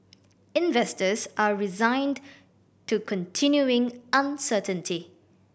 investors are resigned to continuing uncertainty